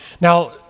Now